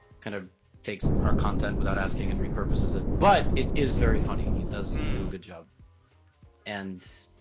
kind of takes our content without asking and repurposes it but it is very funny he does do a good job and